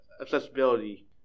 accessibility